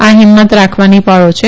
આ હિંમત રાખવાની પળો છે